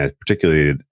particularly